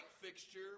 fixture